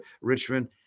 Richmond